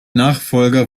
nachfolger